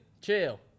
Chill